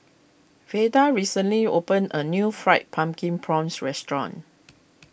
Veda recently opened a new Fried Pumpkin Prawns restaurant